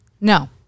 No